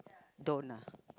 don't ah